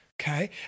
okay